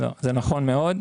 לא, זה נכון מאוד.